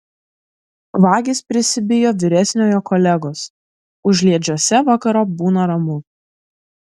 vagys prisibijo vyresniojo kolegos užliedžiuose vakarop būna ramu